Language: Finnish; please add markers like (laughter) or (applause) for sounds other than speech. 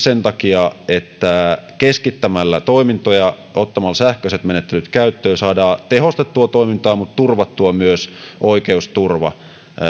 (unintelligible) sen takia että keskittämällä toimintoja ja ottamalla sähköiset menettelyt käyttöön saadaan tehostettua toimintaa mutta turvattua myös oikeusturva